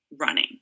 running